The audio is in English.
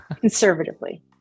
Conservatively